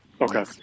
Okay